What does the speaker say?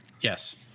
yes